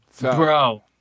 bro